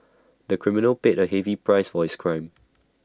the criminal paid A heavy price for his crime